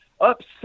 upset